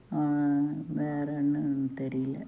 வேறு என்னெனு தெரியல